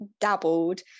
dabbled